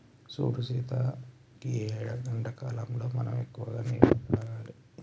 సూడు సీత గీ ఎండాకాలంలో మనం ఎక్కువగా నీరును తాగాలి